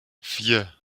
vier